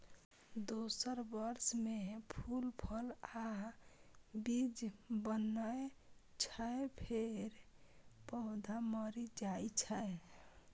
दोसर वर्ष मे फूल, फल आ बीज बनै छै, फेर पौधा मरि जाइ छै